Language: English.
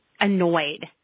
annoyed